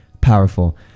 powerful